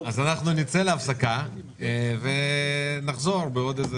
נצא להפסקה ונחזור בעוד?